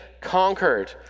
conquered